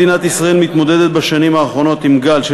מדינת ישראל מתמודדת בשנים האחרונות עם גל של